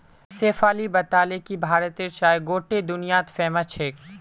शेफाली बताले कि भारतेर चाय गोट्टे दुनियात फेमस छेक